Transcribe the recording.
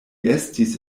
estis